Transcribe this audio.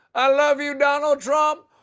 i love you donald trump.